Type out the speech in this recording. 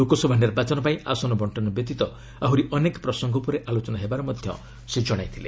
ଲୋକସଭା ନିର୍ବାଚନ ପାଇଁ ଆସନ ବଣ୍ଟନ ବ୍ୟତୀତ ଆହୁରି ଅନ୍ୟାନ୍ୟ ପ୍ରସଙ୍ଗ ଉପରେ ଆଲୋଚନା ହେବାର ସେ କହିଥିଲେ